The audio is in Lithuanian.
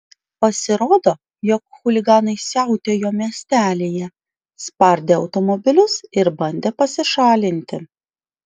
pasirodo jog chuliganai siautėjo miestelyje spardė automobilius ir bandė pasišalinti